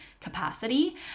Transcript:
capacity